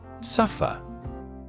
Suffer